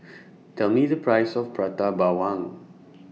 Tell Me The Price of Prata Bawang